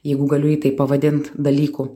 jeigu galiu jį taip pavadint dalyku